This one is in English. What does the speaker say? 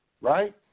Right